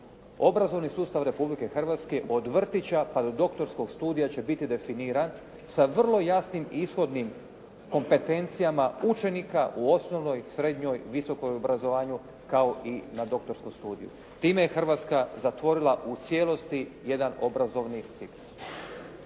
obrazovni sustav Republike Hrvatske od vrtića pa do doktorskog studija će biti definiran sa vrlo jasnim ishodnim kompetencijama učenika u osnovnoj, srednjoj, visokom obrazovanju kao i na doktorskom studiju. Time je Hrvatska zatvorila u cijelosti jedan obrazovni ciklus.